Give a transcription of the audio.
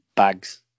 Bags